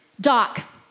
Doc